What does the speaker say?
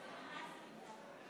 הצעת החוק 62, נגד,